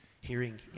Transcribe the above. hearing